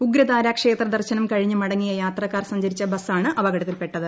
ഉഗ്രതാര ക്ഷേത്രദർശനം കഴിഞ്ഞ് മടങ്ങിയ യാത്രക്കാർ സഞ്ചരിച്ച ബസാണ് അപകടത്തിൽ പെട്ടത്